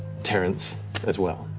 terrence as well.